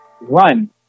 run